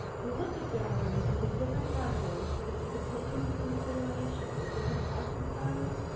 we looked at generators and these different categories so that we could take into consideration the different hazard patterns,